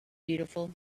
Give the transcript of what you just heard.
beautiful